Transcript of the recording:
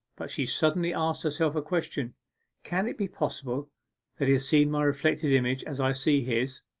but she suddenly asked herself a question can it be possible that he sees my reflected image, as i see his?